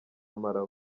malawi